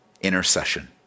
intercession